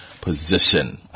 position